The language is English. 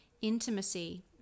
intimacy